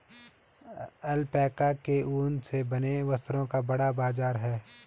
alpaca के ऊन से बने वस्त्रों का बड़ा बाजार है